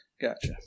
Gotcha